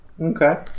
Okay